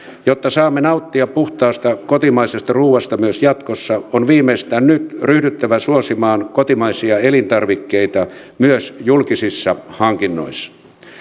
jotta saamme nauttia puhtaasta kotimaisesta ruuasta myös jatkossa on viimeistään nyt ryhdyttävä suosimaan kotimaisia elintarvikkeita myös julkisissa hankinnoissa